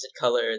color